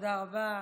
תודה רבה.